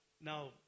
Now